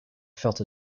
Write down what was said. felt